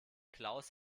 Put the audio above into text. klaus